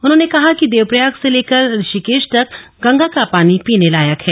उन्होंने कहा कि देवप्रयाग से लेकर ऋषिकेश तक गंगा का पानी पीने लायक है